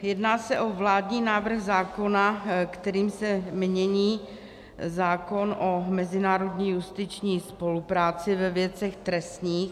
Jedná se o vládní návrh zákona, kterým se mění zákon o mezinárodní justiční spolupráci ve věcech trestních.